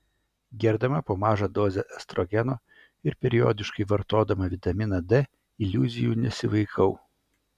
gerdama po mažą dozę estrogeno ir periodiškai vartodama vitaminą d iliuzijų nesivaikau